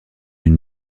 une